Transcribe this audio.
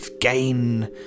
gain